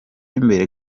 imbere